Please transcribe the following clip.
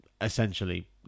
essentially